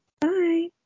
Bye